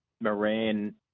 Moran